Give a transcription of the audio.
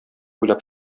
уйлап